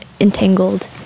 entangled